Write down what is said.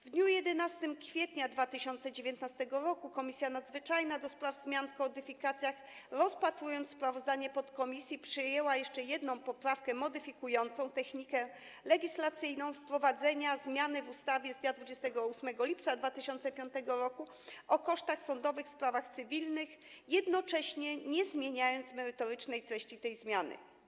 W dniu 11 kwietnia 2019 r. Komisja Nadzwyczajna do spraw zmian w kodyfikacjach, rozpatrując sprawozdanie podkomisji, przyjęła jeszcze jedną poprawkę modyfikującą technikę legislacyjną przy wprowadzeniu zmiany w ustawie z dnia 28 lipca 2005 r. o kosztach sądowych w sprawach cywilnych, jednocześnie nie zmieniając merytorycznej treści tej zmiany.